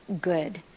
good